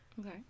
okay